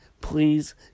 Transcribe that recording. Please